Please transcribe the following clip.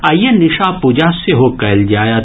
आइए निशा पूजा सेहो कयल जायत